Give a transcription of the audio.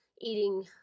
eating